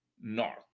North